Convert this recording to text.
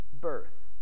birth